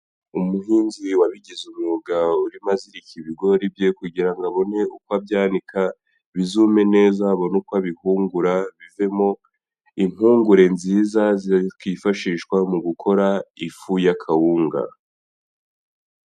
Umuhinzi wabigize umwuga urimo azirika ibigori bye kugira abone uko abyanika, bizume neza abone uko abihungura bivemo impungure nziza zakifashishwa mu gukora ifu y'akawunga.